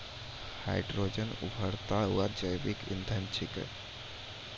hydrogen उभरता हुआ जैविक इंधन छिकै